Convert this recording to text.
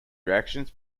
reactions